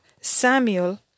Samuel